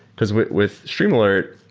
because with with streamalert,